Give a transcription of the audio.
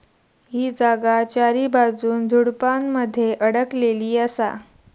ही जागा चारीबाजून झुडपानमध्ये अडकलेली असा